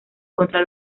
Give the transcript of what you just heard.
contra